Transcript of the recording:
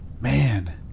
Man